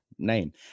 name